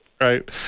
right